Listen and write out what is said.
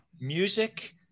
music